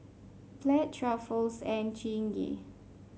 Pledge Ruffles and Chingay